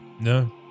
No